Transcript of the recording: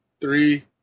Three